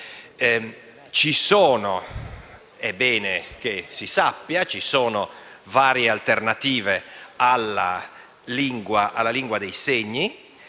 Ci sono - è bene che si sappia - varie alternative alla lingua dei segni.